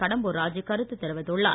கடம்பூர் ராஜூ கருத்து தெரிவித்துள்ளார்